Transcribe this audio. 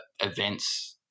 events